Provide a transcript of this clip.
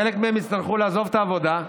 חלק מהם יצטרכו לעזוב את העבודה,